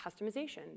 customization